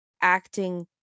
acting